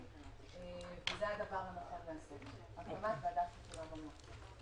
זה הדבר הנכון לעשות הקמת ועדת חקירה ממלכתית.